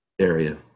area